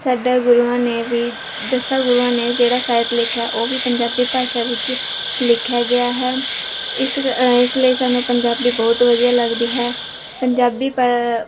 ਸਾਡੇ ਗੁਰੂਆਂ ਨੇ ਵੀ ਦਸਾਂ ਗੁਰੂਆਂ ਨੇ ਜਿਹੜਾ ਸਾਹਿਤ ਲਿਖਿਆ ਉਹ ਵੀ ਪੰਜਾਬੀ ਭਾਸ਼ਾ ਵਿੱਚ ਲਿਖਿਆ ਗਿਆ ਹੈ ਇਸ ਇਸ ਲਈ ਸਾਨੂੰ ਪੰਜਾਬੀ ਬਹੁਤ ਵਧੀਆ ਲੱਗਦੀ ਹੈ ਪੰਜਾਬੀ ਪਾ